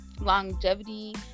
longevity